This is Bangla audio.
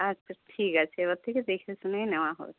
আচ্ছা ঠিক আছে এবার থেকে দেখে শুনেই নেওয়া হবে